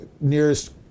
nearest